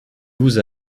vous